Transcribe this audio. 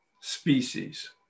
species